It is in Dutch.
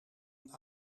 een